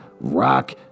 rock